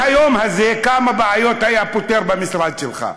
כמה בעיות היא הייתה פותרת במשרד שלך.